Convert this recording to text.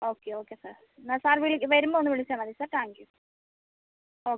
okay okay sir എന്നാൽ sir വിളി വരുമ്പോൾ ഒന്ന് വിളിച്ചാൽമതി sir thank you okay sir